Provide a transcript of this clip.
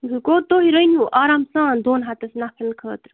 گوٚو تُہی رٔنِو آرام سان دۄن ہتَس نفرَن خٲطرٕ